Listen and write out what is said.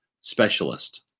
specialist